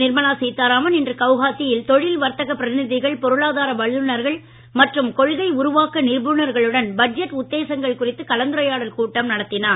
நிர்மலா சீத்தாராமன் இன்று குவஹாத்தியில் தொழில் வர்த்தக பிரதிநிதிகள் பொருளாதார வல்லுநர்கள் மற்றும் கொள்கை உருவாக்க நிபுணர்களுடன் பட்ஜெட் உத்தேசங்கள் குறித்து கலந்தரையாடல் கூட்டம் நடத்தினார்